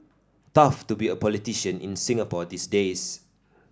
tough to be a politician in Singapore these days